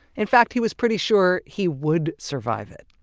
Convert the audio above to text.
in fact, he was pretty sure he would survive it!